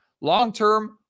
Long-term